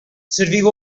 serviu